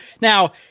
Now